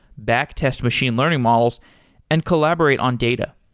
back test machine learning models and collaborate on data.